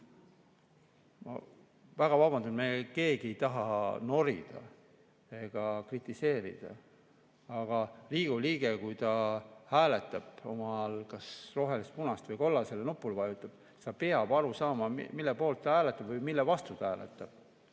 väga vabandan, keegi meist ei taha norida ega kritiseerida. Aga Riigikogu liige, kui ta hääletab, oma rohelisele, punasele või kollasele nupule vajutab, siis ta peab aru saama, mille poolt ta hääletab või mille vastu ta hääletab.